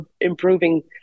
improving